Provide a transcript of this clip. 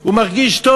הוא מרגיש טוב.